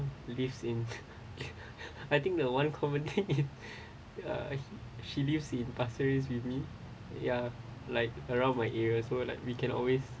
lives in I think the one commonly uh she lives in pasir ris with me ya like around my area so like we can always